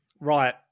Right